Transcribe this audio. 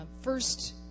first